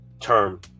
Term